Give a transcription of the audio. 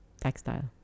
textile